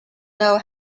know